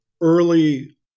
early